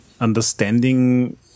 understanding